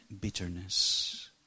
bitterness